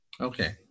okay